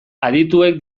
adituek